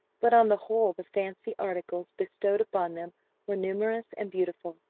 but on the whole the fancy articles bestowed upon them were numerous and beautiful,